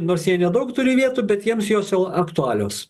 nors jie nedaug turi vietų bet jiems jos jau aktualios